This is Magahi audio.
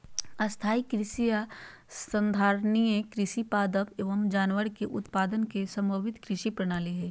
स्थाई कृषि या संधारणीय कृषि पादप एवम जानवर के उत्पादन के समन्वित कृषि प्रणाली हई